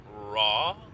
raw